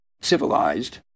civilized